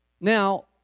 Now